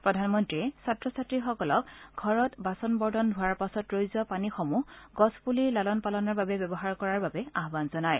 প্ৰধানমন্ত্ৰীয়ে ছাত্ৰ ছাত্ৰীসকলক ঘৰত বাছন বৰ্তন ধোৱাৰ পাছত ৰৈ যোৱা পানীসমূহ গছপুলিৰ লালন পালনৰ বাবে ব্যৱহাৰ কৰাৰ বাবে আহান জনায়